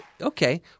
Okay